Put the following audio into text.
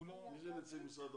הוא ב-זום.